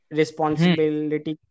responsibility